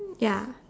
ya